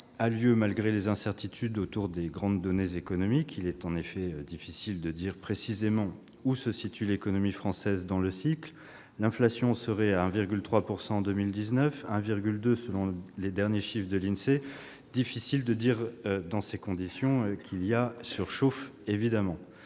a lieu malgré les incertitudes autour des grandes données économiques. En effet, il n'est pas aisé de voir précisément où se situe l'économie française dans le cycle. L'inflation serait à 1,3 % en 2019, à 1,2 % selon les derniers chiffres de l'Insee. Il est difficile de dire, dans ces conditions, qu'il y a surchauffe. Il est